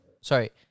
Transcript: sorry